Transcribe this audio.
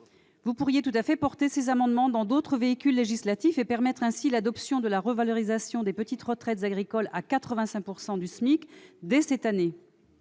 Vous pourriez tout à fait déposer ces amendements dans le cadre d'autres véhicules législatifs et permettre ainsi l'adoption de la revalorisation des petites retraites agricoles à 85 % du SMIC dès cette année.